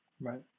Right